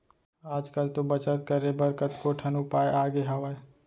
आज कल तो बचत करे बर कतको ठन उपाय आगे हावय